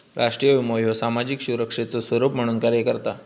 राष्ट्रीय विमो ह्यो सामाजिक सुरक्षेचो स्वरूप म्हणून कार्य करता